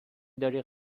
داری